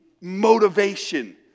motivation